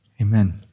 Amen